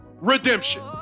redemption